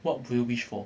what will you wish for